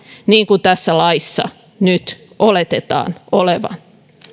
niin kuin tässä laissa nyt oletetaan olevan